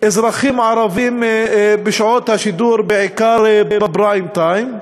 אזרחים ערבים בשעות השידור, בעיקר בפריים-טיים,